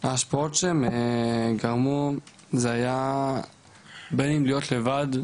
ההשפעות שהיא גרמה בין אם להיות לבד,